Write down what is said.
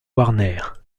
warner